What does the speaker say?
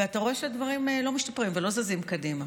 ואתה רואה שהדברים לא משתפרים ולא זזים קדימה.